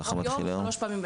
ככה מתחיל היום?